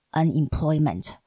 unemployment